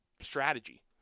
strategy